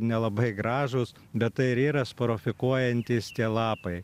nelabai gražūs bet tai ir yra sporofikuojantys tie lapai